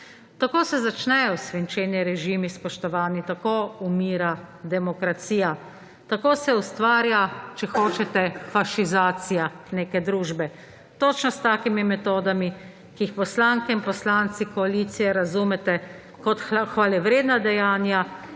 Tako se začnejo svinčeni režimi, spoštovani, tako umira demokracija! Tako se ustvarja, če hočete, fašizacija neke družbe; točno s takimi metodami, ki jih poslanke in poslanci koalicije razumete kot hvalevredna dejanja